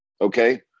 okay